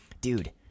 Dude